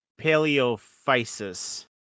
Paleophysis